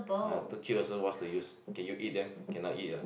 ah too cute also what's the use can you eat them cannot eat ah